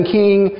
king